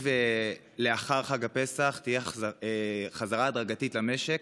לאחר חג הפסח תהיה חזרה הדרגתית למשק,